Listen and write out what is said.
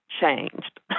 changed